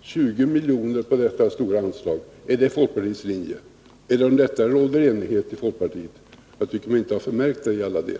20 miljoner på detta stora anslag! Är det folkpartiets linje? Råder det enighet om detta inom folkpartiet?